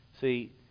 See